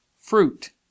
Fruit